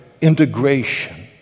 integration